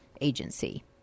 agency